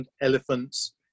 elephants